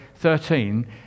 13